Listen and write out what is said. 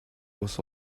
was